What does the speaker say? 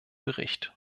bericht